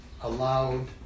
allowed